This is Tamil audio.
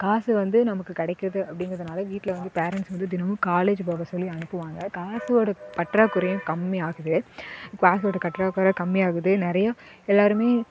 காசு வந்து நமக்கு கிடைக்கிது அப்டிங்கிறதுனால் வீட்டில் வந்து பேரன்ட்ஸ் வந்து தினமும் காலேஜு போக சொல்லி அனுப்புவாங்க காசோடய பற்றாக்குறையும் கம்மியாகுது காசோடய பற்றாக்குறை கம்மியாகுது நிறையா எல்லாரும்